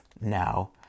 now